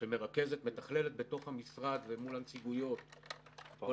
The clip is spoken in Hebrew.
שמרכזת ומתכללת בתוך המשרד ומול הנציגויות את כל